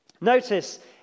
Notice